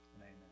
amen